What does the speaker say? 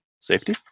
Safety